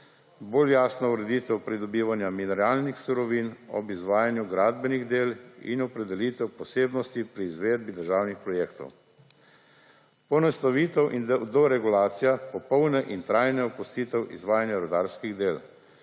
bolj jasna ureditev pridobivanja mineralnih surovin ob izvajanju gradbenih del in opredelitev posebnosti pri izvedbi državnih projektov, poenostavitev in doregulacija popolne in trajne opustitev izvajanja rudarskih del,